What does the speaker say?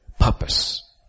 purpose